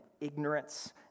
ignorance